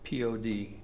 Pod